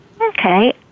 Okay